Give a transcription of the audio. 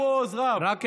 רק אחד.